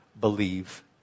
believe